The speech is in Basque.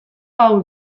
hau